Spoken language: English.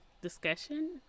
discussion